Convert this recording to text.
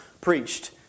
preached